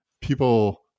people